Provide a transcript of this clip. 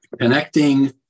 connecting